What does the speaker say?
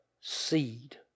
seed